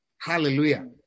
Hallelujah